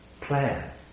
plan